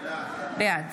בעד